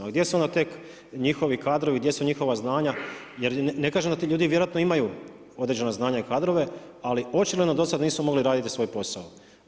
A gdje su onda tek, njihovi kadrovi, gdje su njihova znanja, jer ne kažem, da ti ljudi vjerojatno imaju određena znanja i kadrove, ali očito da do sada nisu mogli raditi svoj posao.